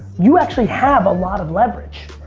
you actually have a lot of leverage.